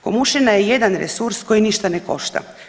Komušina je jedan resurs koji ništa ne košta.